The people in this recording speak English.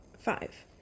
five